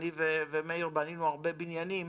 אני ומאיר בנינו הרבה בניינים.